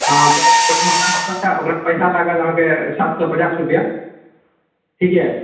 हँ ओकरामे पैसा ओकरामे पैसा लागत अहाँकेँ सात सए पचास रुपैआ ठीक यऽ